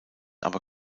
aber